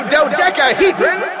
Dodecahedron